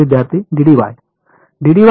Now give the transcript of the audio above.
विद्यार्थी